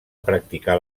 practicar